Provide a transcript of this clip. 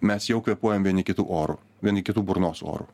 mes jau kvėpuojam vieni kitų oru vieni kitų burnos oru